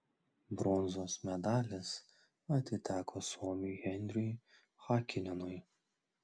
bronzos medalis atiteko suomiui henriui hakinenui